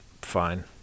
fine